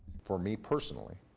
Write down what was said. for me personally,